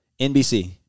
NBC